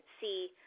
see